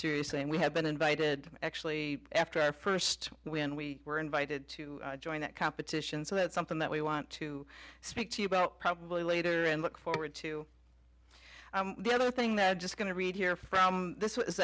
seriously and we have been invited actually after our first when we were invited to join that competition so that's something that we want to speak to you about probably later and look forward to the other thing that just going to read here from this was